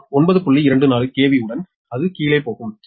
24 KV உடன் அது கீழே போகும்